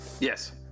Yes